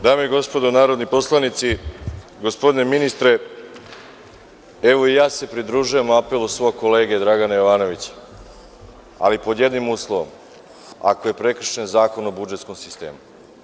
Dame i gospodo narodni poslanici, gospodine ministre, evo i ja se pridružujem apelu svog kolege Dragana Jovanovića, ali pod jednim uslovom – ako je prekršen Zakon o budžetskom sistemu.